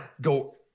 go